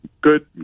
good